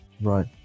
right